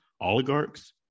Oligarchs